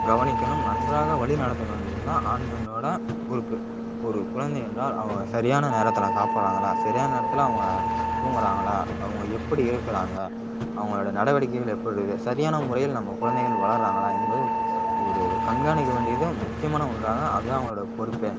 கவனிக்கணும் நன்றாக வழிநடத்த வேண்டும் என்பது தான் ஆண் பெண்ணோட பொறுப்பு ஒரு குழந்தை என்றால் அவங்களை சரியான நேரத்தில் சாப்பிட்றங்களா சரியான நேரத்தில் அவங்க தூங்கிறாங்களா அவங்க எப்படி இருக்கிறாங்க அவர்களோட நடவடிக்கைகள் எப்படி இருக்குது சரியான முறையில் நம்ம குழந்தைகள் வளர்கிறாங்களா என்பது ஒரு கண்காணிக்க வேண்டியது முக்கியமான ஒன்றாக அதுதான் அவர்களோட பொறுப்பே